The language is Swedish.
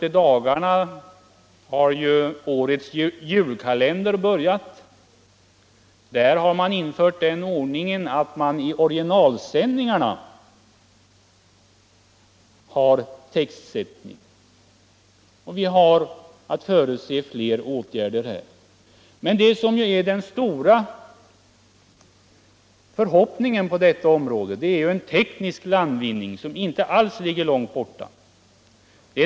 Vidare har årets julkalender börjat i dagarna, och där har den åtgärden vidtagits att programmet i originalsändningarna är textat. Vi kan förutse flera sådana åtgärder. Men de verkligt stora förhoppningarna i det sammanhanget knyts till en teknisk landvinning som inte alls ligger långt borta.